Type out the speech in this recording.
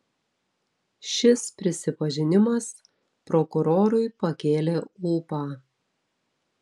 šis prisipažinimas prokurorui pakėlė ūpą